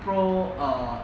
pro err